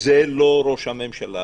זה לא ראש הממשלה